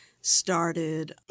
started